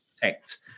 protect